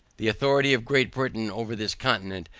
the authority of great britain over this continent,